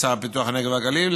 לשר לפיתוח הנגב והגליל,